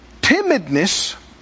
timidness